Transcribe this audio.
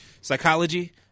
Psychology